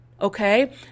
okay